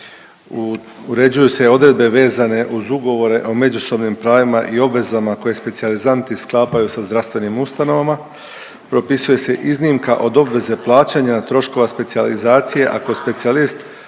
uređuju se odredbe vezane uz ugovore o međusobnim pravima i obvezama koje specijalizanti sklapaju sa zdravstvenim ustanovama, propisuje se iznimka od obveze plaćanja troškova specijalizacije ako specijalist